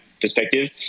perspective